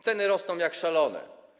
Ceny rosną jak szalone.